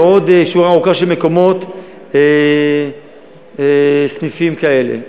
בעוד שורה ארוכה של מקומות סניפים כאלה.